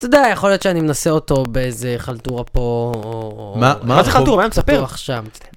אתה יודע, יכול להיות שאני מנסה אותו באיזה חלטורה פה או... מה? מה זה חלטורה? תספר!